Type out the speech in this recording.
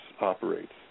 operates